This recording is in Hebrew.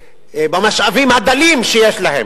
במשאבים הדלים שיש להם,